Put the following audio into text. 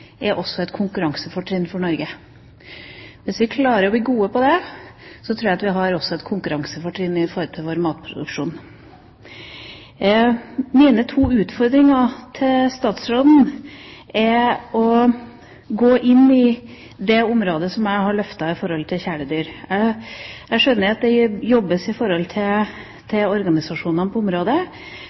måte, også er et konkurransefortrinn for Norge. Hvis vi klarer å bli gode på det, tror jeg at vi også har et konkurransefortrinn i forhold til vår matproduksjon. Så mine to utfordringer til statsråden. Det er for det første å gå inn i det området som jeg har løftet i forhold til kjæledyr. Jeg skjønner at det jobbes i forhold til organisasjonene på området.